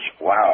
wow